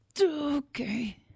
Okay